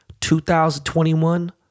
2021